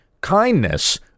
kindness